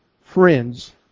friends